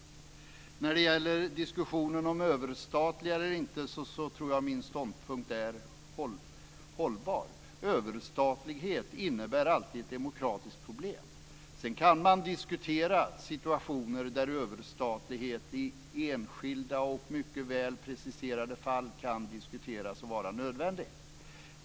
När det gäller diskussionen om överstatlighet eller inte tror jag att min ståndpunkt är hållbar. Överstatlighet innebär alltid ett demokratiskt problem. Sedan kan man diskutera situationer där överstatlighet i enskilda och mycket väl preciserade fall kan diskuteras och vara nödvändig.